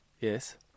Yes